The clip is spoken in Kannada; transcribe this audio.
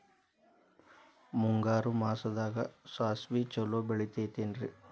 ಮುಂಗಾರು ಮಾಸದಾಗ ಸಾಸ್ವಿ ಛಲೋ ಬೆಳಿತೈತೇನ್ರಿ?